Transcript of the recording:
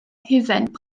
hufen